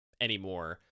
anymore